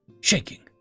shaking